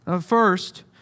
first